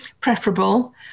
preferable